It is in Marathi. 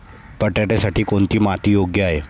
बटाट्यासाठी कोणती माती योग्य आहे?